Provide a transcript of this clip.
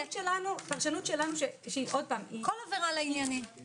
כל עבירה לענייני.